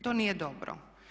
To nije dobro.